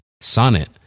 Sonnet